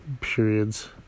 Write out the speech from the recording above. periods